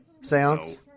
seance